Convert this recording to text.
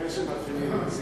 לפני שמתחילים,